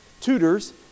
tutors